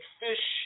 fish